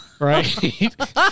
Right